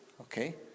Okay